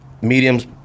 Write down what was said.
medium's